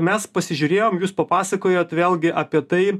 mes pasižiūrėjom jūs papasakojot vėlgi apie tai